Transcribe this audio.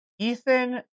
Ethan